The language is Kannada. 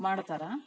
ಮಾಡ್ತಾರೆ